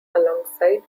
alongside